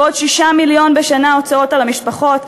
ועוד 6 מיליון בשנה הוצאות על המשפחות.